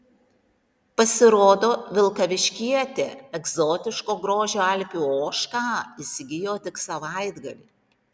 pasirodo vilkaviškietė egzotiško grožio alpių ožką įsigijo tik savaitgalį